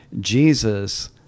jesus